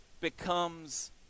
becomes